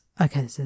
Okay